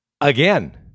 Again